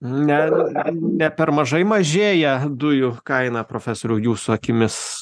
ne ne per mažai mažėja dujų kaina profesoriau jūsų akimis